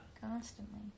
constantly